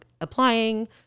applying